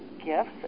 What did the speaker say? Gifts